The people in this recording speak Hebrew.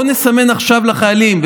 בואו נסמן עכשיו לחיילים,